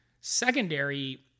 Secondary